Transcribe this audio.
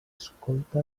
escolta